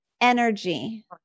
energy